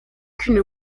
qu’une